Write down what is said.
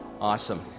Awesome